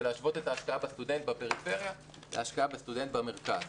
להשוות את ההשקעה בסטודנט בפריפריה להשקעה בסטודנט במרכז.